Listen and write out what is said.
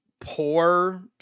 poor